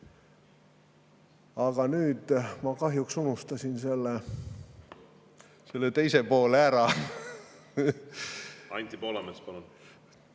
Aga nüüd ma kahjuks unustasin selle teise poole ära.